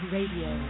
Radio